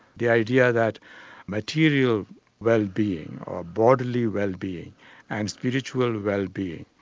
the idea that material wellbeing, or bodily wellbeing and spiritual wellbeing,